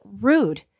rude